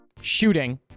shooting